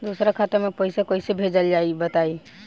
दोसरा खाता में पईसा कइसे भेजल जाला बताई?